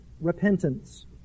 repentance